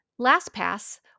LastPass